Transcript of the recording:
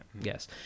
Yes